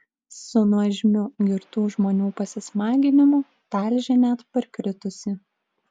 su nuožmiu girtų žmonių pasismaginimu talžė net parkritusį